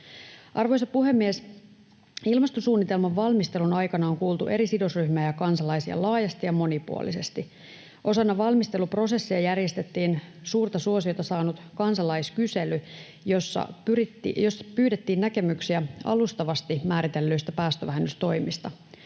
Arvoisa puhemies! Ilmastosuunnitelman valmistelun aikana on kuultu eri sidosryhmiä ja kansalaisia laajasti ja monipuolisesti. Osana valmisteluprosessia järjestettiin suurta suosiota saanut kansalaiskysely, jossa pyydettiin näkemyksiä alustavasti määritellyistä päästövähennystoimista.